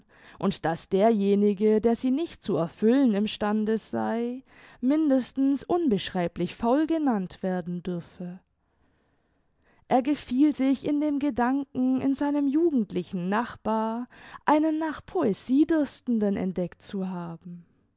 und daß derjenige der sie nicht zu erfüllen im stande sei mindestens unbeschreiblich faul genannt werden dürfe er gefiel sich in dem gedanken in seinem jugendlichen nachbar einen nach poesie dürstenden entdeckt zu haben